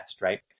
right